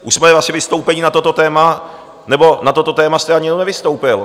Už jste asi vystoupení na toto téma nebo na toto téma jste ani nevystoupil.